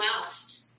last